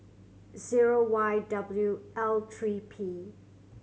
zero Y W L three P